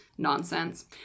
nonsense